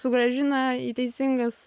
sugrąžina į teisingas